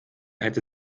hätte